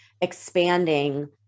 expanding